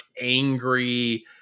angry